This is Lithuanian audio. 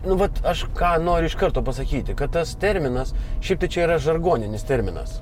nu vat aš ką noriu iš karto pasakyti kad tas terminas šiaip tai čia yra žargoninis terminas